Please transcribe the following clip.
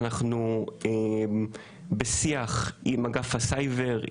אנחנו בשיח עם אגף הסייבר,